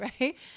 right